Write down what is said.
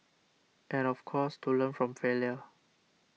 and of course to learn from failure